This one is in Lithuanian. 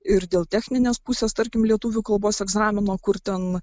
ir dėl techninės pusės tarkim lietuvių kalbos egzamino kur ten